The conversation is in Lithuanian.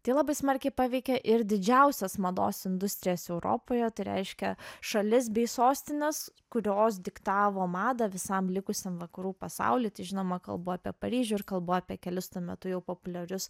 tai labai smarkiai paveikė ir didžiausias mados industrijas europoje tai reiškia šalis bei sostines kurios diktavo madą visam likusiam vakarų pasauliui tai žinoma kalbu apie paryžių ir kalbu apie kelis tuo metu jau populiarius